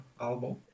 album